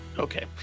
Okay